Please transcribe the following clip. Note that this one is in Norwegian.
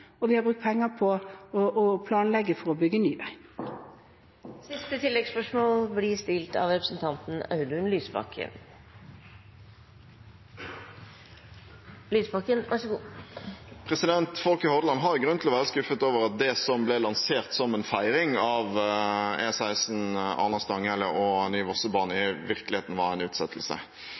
og vi har brukt penger på å planlegge for bygging av ny vei. Audun Lysbakken – til siste oppfølgingsspørsmål. Folk i Hordaland har grunn til å være skuffet over at det som ble lansert som en feiring av E16 Arna–Stanghelle og ny Vossebane, i virkeligheten var en utsettelse.